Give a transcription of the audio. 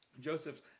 Joseph's